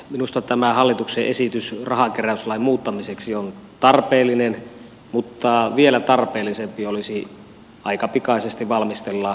minusta tämä hallituksen esitys rahankeräyslain muuttamiseksi on tarpeellinen mutta vielä tarpeellisempaa olisi aika pikaisesti valmistella rahankeräyslain kokonaisuudistus